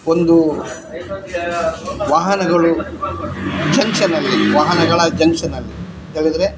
ಒಂದು ವಾಹನಗಳು ಜಂಕ್ಷನಲ್ಲಿ ವಾಹನಗಳ ಜಂಕ್ಷನಲ್ಲಿ ಹೇಳಿದ್ರೆ